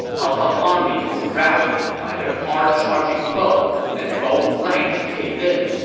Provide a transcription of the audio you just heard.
cao cao's army was routed by their hard-charging foe, and both flanks caved in.